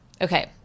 okay